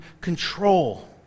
control